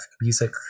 music